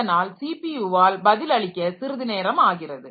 அதனால் சிபியுவால் பதில் அளிக்க சிறிது நேரமாகிறது